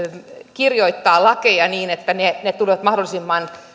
kirjoittaa lakeja niin että ne tulevat mahdollisimman